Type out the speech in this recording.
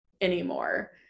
anymore